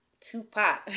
Tupac